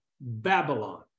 Babylon